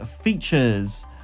features